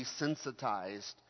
desensitized